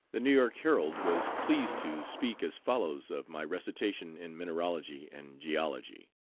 the new york herald was pleased to speak as follows of my recitation in mineralogy and geology